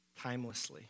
timelessly